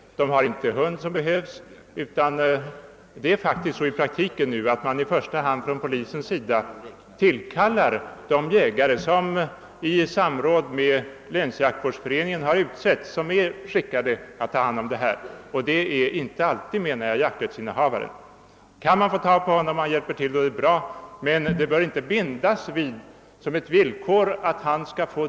De har t.ex. kanske inte den hund som behövs. I praktiken är det faktiskt så, att polisen i första hand tillkallar de jägare som i samråd med länsjaktvårdsföreningen utsetts för denna uppgift och som är skickade för den. Det är inte alltid jakträttsinnehavaren. Kan man få tag på honom och få honom att hjälpa till är det bra.